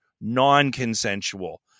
non-consensual